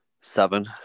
Seven